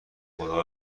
خدا